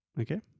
okay